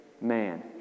man